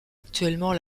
actuellement